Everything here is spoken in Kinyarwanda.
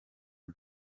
rev